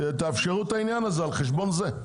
תאפשרו את העניין הזה על חשבון זה.